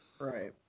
Right